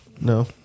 No